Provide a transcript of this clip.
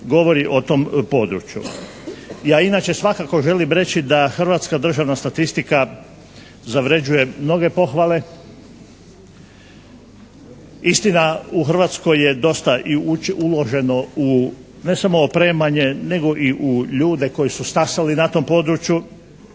govori o tom području. Ja inače svakako želim reći da hrvatska Državna statistika zavređuje mnoge pohvale. Istina u Hrvatskoj dosta i uloženo u ne samo opremanje nego i u ljude koji su stasali na tom području.